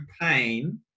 pain